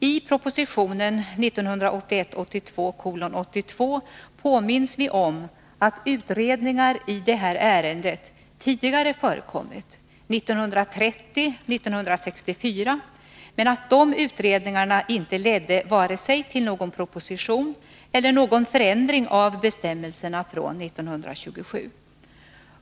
I proposition 1981/82:82 påminns vi om att utredningar i detta ärende har gjorts 1930 och 1964, men att de utredningarna inte ledde till vare sig någon proposition eller någon förändring av bestämmelserna från 1927.